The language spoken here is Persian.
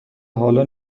حالا